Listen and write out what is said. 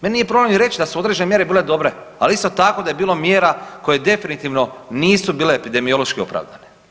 Meni nije problem ni reći da su određene mjere bile dobre, ali isto tako da je bilo mjera koje definitivno nisu bile epidemiološki opravdane.